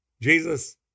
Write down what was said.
Jesus